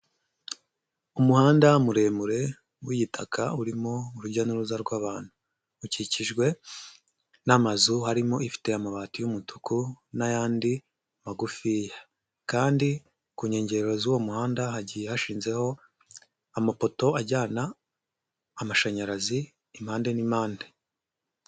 Umuhanda muremure w'igitaka urimo urujya n'uruza rw'abantu, ukikijwe n'amazu harimo ifite amabati y'umutuku n'ayandi magufi kandi ku nkengero z'uwo muhanda hagiye hashizeho, amapoto ajyana amashanyarazi, impande n'impande.